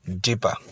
deeper